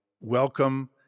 welcome